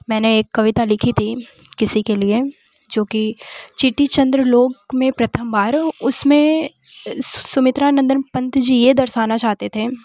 मैंने एक कविता लिखी थी किसी के लिए जो कि चींटी चन्द्र लोक में प्रथम बार उसमें सुमित्रानंदन पन्त जी ये दर्शाना चाहते थे